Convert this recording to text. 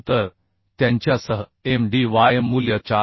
तर त्यांच्यासह m d y मूल्य 4